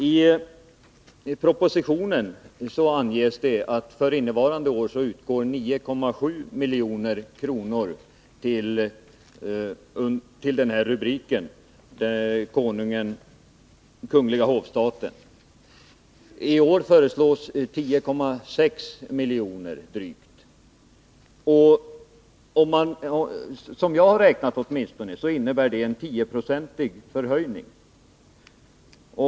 I propositionen anges att det för innevarande år utgår 9,7 milj.kr. under rubriken Kungl. hovstaten. För det kommande budgetåret föreslås drygt 10,6 milj.kr. Enligt mitt sätt att räkna innebär det en 10-procentig förhöjning.